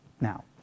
Now